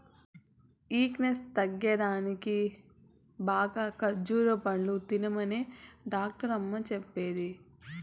weakness తగ్గేదానికి బాగా ఖజ్జూర పండ్లు తినమనే డాక్టరమ్మ చెప్పింది